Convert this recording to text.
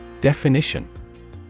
Definition